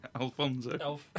Alfonso